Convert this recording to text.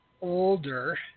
older